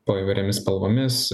po įvairiomis spalvomis